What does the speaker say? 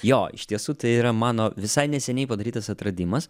jo iš tiesų tai yra mano visai neseniai padarytas atradimas